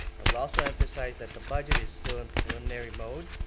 i will also emphasize that the budget is still in preliminary mode.